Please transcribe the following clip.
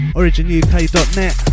originuk.net